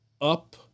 up